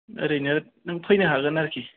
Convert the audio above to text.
ओरैनो नों फैनो हागोन आरोखि